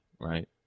right